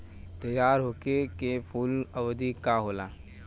तैयार होखे के कूल अवधि का होला?